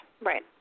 Right